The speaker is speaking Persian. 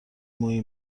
مویی